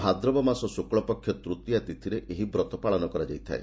ଭାଦ୍ରବ ମାସ ଶୁକ୍ଲପକ୍ଷ ତୃତୀୟା ତିଥିରେ ଏହି ବ୍ରତ ପାଳନ କରାଯାଏ